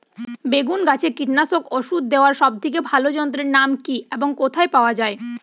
বেগুন গাছে কীটনাশক ওষুধ দেওয়ার সব থেকে ভালো যন্ত্রের নাম কি এবং কোথায় পাওয়া যায়?